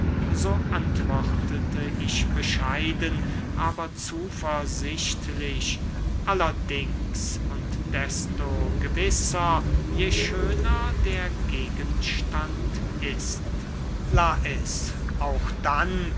so antwortete ich bescheiden aber zuversichtlich allerdings und desto gewisser je schöner der gegenstand ist lais auch dann